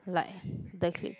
like the clique